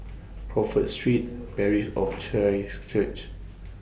Crawford Street Parish of Church